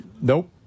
Nope